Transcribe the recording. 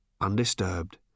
undisturbed